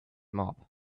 mob